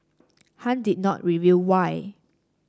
Han did not reveal why